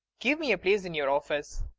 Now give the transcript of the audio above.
give me a place in your office.